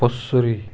بصری